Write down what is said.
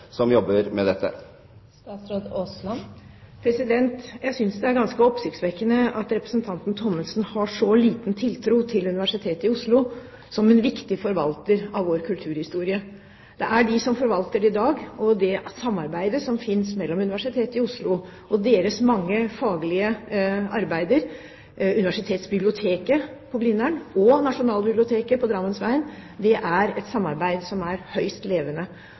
som jobber med dette. Jeg synes det er ganske oppsiktsvekkende at representanten Thommessen har så liten tiltro til Universitetet i Oslo som en viktig forvalter av vår kulturhistorie. Det er de som forvalter dette i dag. Samarbeidet mellom Universitetet i Oslo og deres mange faglige arbeider – Universitetsbiblioteket på Blindern og Nasjonalbiblioteket i Drammensveien – er høyst levende. Ved Universitetet i Oslo føler man selvsagt at man også der har et